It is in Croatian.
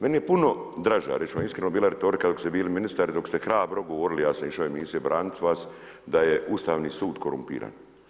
Meni je puno draža reći ću vam iskreno bila retorika dok ste bili ministar, dok ste hrabro govorili ja sam išao u emisije branit vas, da je Ustavni sud korumpiran.